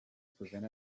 prevent